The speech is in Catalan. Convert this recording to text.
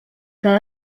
que